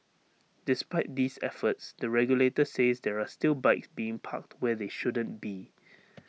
despite these efforts the regulator says there are still bikes being parked where they shouldn't be